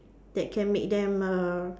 that can make them uh